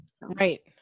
right